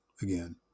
again